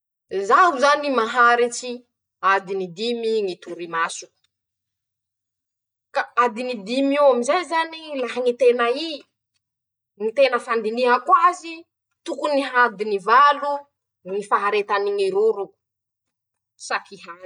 <...>Zaho zany maharitsy adiny dimy ñy torimasoko, ka adiny dim'io am'izay zany, laha ñy tena ii ñy tena fandinihako azy, tokony hadiny valo ñy faharetany ñy roroko, saky haly.